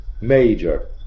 Major